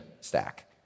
stack